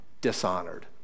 dishonored